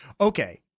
Okay